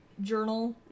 journal